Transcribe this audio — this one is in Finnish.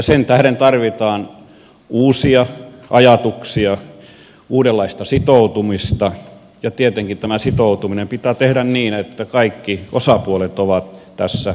sen tähden tarvitaan uusia ajatuksia uudenlaista sitoutumista ja tietenkin tämä sitoutuminen pitää tehdä niin että kaikki osapuolet ovat tässä mukana